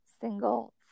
single